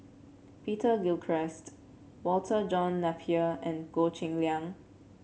Peter Gilchrist Walter John Napier and Goh Cheng Liang